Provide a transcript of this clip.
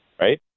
right